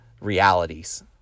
realities